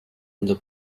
unser